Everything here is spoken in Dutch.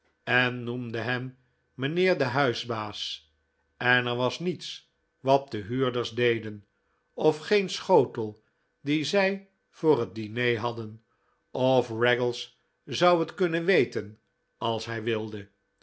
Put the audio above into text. en noemde hem mijnheer de huisbaas en er was niets wat de huurders deden of geen schotel dien zij voor het diner hadden of raggles zou het kunnen weten als hij wilde